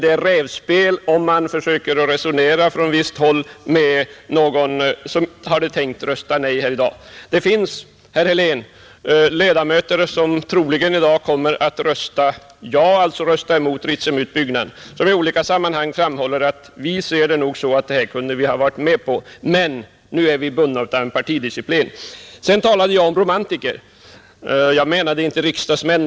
Det är rävspel om man försöker resonera från visst håll med någon som hade tänkt rösta nej här i dag! Det finns, herr Helén, ledamöter som troligen i dag kommer att rösta ja — alltså emot Ritsemutbyggnaden — som i olika sammanhang framhållit att de nog kunde ha varit med om en utbyggnad men att de nu är bundna av partidisciplinen. Sedan talade jag om romantiker. Jag menade inte riksdagsmän.